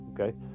okay